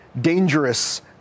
dangerous